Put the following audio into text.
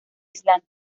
aislante